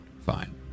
Fine